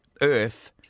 Earth